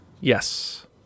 Yes